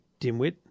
Dimwit